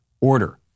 order